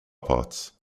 parts